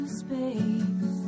space